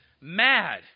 mad